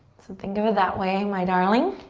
so think of it that way, my darling.